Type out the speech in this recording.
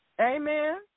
Amen